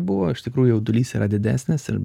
buvo iš tikrųjų jaudulys yra didesnis ir